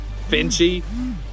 Finchy